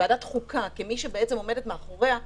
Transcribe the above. כוועדת חוקה, כמי שבעצם עומדת מאחוריה החקיקה,